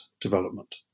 development